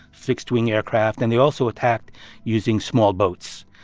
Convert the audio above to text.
fixed-wing aircraft. and they also attacked using small boats.